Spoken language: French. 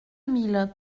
mille